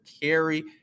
carry